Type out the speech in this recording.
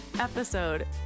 episode